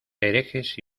herejes